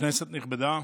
כנסת נכבדה,